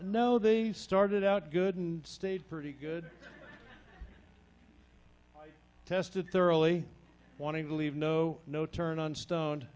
know they started out good and stayed pretty good test it thoroughly want to believe no no turn on stone